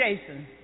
Jason